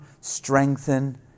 strengthen